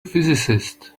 physicists